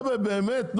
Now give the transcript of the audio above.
מה, באמת?